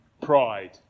pride